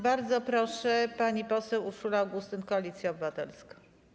Bardzo proszę, pani poseł Urszula Augustyn, Koalicja Obywatelska.